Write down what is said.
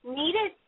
needed